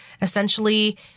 essentially